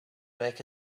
make